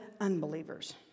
unbelievers